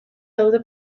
daude